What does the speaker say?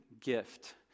Gift